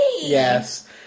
Yes